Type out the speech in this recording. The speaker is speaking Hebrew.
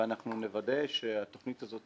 ונוודא שתוכנית זו